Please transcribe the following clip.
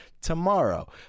tomorrow